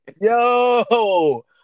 Yo